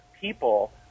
people